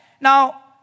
Now